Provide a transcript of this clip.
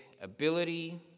ability